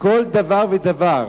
כל דבר ודבר.